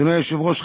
אדוני היושב-ראש,